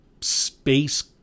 space